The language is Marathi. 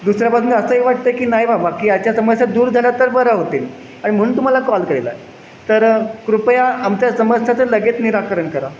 दुसऱ्या बाजूने असंही वाटतं आहे की नाही बाबा की याच्या समस्या दूर झाल्या तर बरं होतील आणि म्हणून तुम्हाला कॉल केलेला आहे तर कृपया आमच्या समस्येचं लगेच निराकरण करा